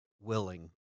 willing